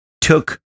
took